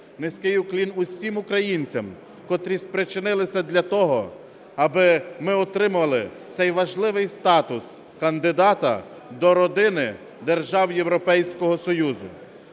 Низький уклін усім українцям, котрі спричинилися для того, аби ми отримали цей важливий статус кандидата до родини держав Європейського Союзу.